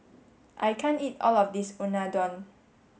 I can't eat all of this Unadon